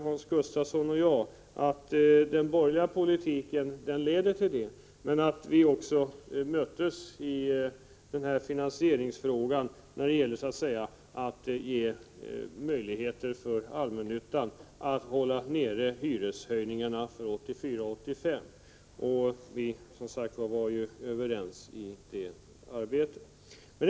Hans Gustafsson och jag är överens om att den borgerliga politiken skulle leda till att detta blev fallet. Vi har emellertid mötts i finansieringsfrågan när det gäller att ge möjligheter för allmännyttan att hålla nere Hyreshöjningarna för 1984-1985.